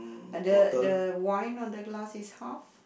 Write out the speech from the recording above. the the wine on the glass is half